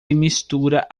mistura